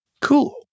cool